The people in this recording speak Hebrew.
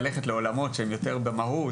ללכת לעולמות שקשורים למהות,